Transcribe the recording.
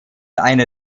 einer